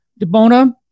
DeBona